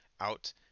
out